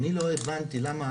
אני לא הבנתי למה,